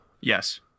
Yes